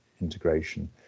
integration